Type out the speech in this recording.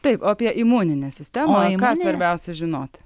taip o apie imuninę sistemą ką svarbiausia žinoti